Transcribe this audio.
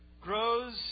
grows